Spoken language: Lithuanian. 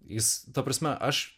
jis ta prasme aš